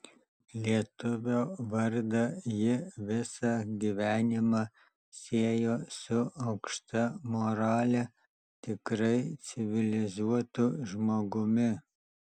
lietuvio vardą ji visą gyvenimą siejo su aukšta morale tikrai civilizuotu žmogumi